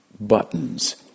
buttons